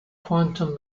quantum